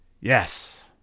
yes